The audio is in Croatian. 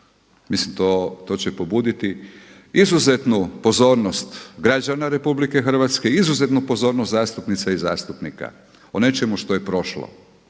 mislim to će pobuditi izuzetnu pozornost građana RH i izuzetnu pozornost zastupnica i zastupnika o nečemu što je prošle,